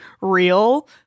real